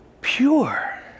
pure